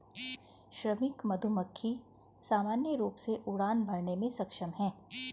श्रमिक मधुमक्खी सामान्य रूप से उड़ान भरने में सक्षम हैं